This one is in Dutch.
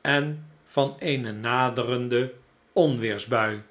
en van eene naderende onweersbui